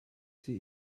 sie